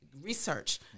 Research